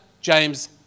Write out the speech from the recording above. James